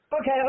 okay